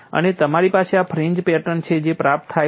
અને તમારી પાસે આ ફ્રિન્જ પેટર્ન છે જે પ્રાપ્ત થાય છે